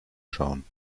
schauen